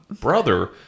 brother